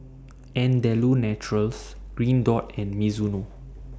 Andalou Naturals Green Dot and Mizuno